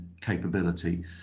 capability